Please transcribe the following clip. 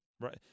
right